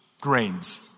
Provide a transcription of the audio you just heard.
grains